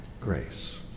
grace